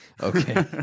okay